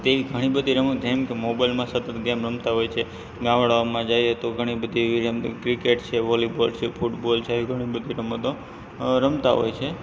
તેવી ઘણી બધી રમતો જેમ કે મોબાઇલમાં સતત ગેમ રમતાં હોય છે ગામડાઓમાં જઇએ તો ઘણી બધી ગેમ ક્રિકેટ છે વૉલીબૉલ છે ફૂટબૉલ છે આવી ઘણી બધી રમતો અ રમતાં હોય છે